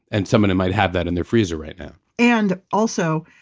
and somebody might have that in their freezer right now and also,